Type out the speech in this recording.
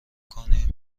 کنیم